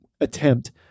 attempt